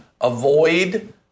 avoid